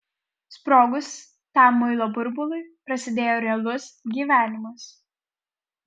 sprogus tam muilo burbului prasidėjo realus gyvenimas